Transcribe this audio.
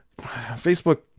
Facebook